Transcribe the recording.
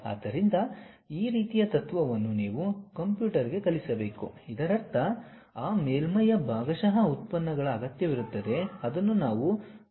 ಆದ್ದರಿಂದ ಈ ರೀತಿಯ ತತ್ವವನ್ನು ನೀವು ಕಂಪ್ಯೂಟರ್ಗೆ ಕಲಿಸಬೇಕು ಇದರರ್ಥ ಆ ಮೇಲ್ಮೈಯ ಭಾಗಶಃ ಉತ್ಪನ್ನಗಳ ಅಗತ್ಯವಿರುತ್ತದೆ ಅದನ್ನು ನಾವು U V ಎಂದು ವಿವರಿಸುತ್ತಿದ್ದೇವೆ